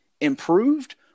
improved